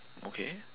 okay